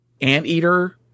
anteater